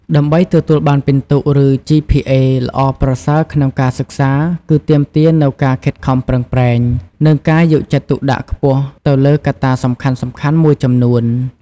ដើម្បីទទួលបានពិន្ទុ ឬ ជីភីអេ ល្អប្រសើរក្នុងការសិក្សា គឺទាមទារនូវការខិតខំប្រឹងប្រែង និងការយកចិត្តទុកដាក់ខ្ពស់ទៅលើកត្តាសំខាន់ៗមួយចំនួន។